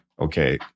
Okay